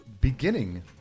beginning